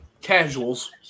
casuals